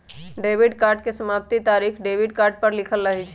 debit card के समाप्ति तारिख डेबिट कार्ड पर लिखल रहइ छै